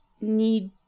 need